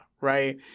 right